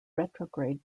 retrograde